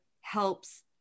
helps